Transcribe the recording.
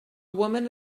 woman